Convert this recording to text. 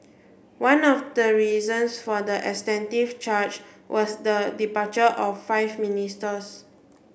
one of the reasons for the extensive charge was the departure of five ministers